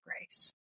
grace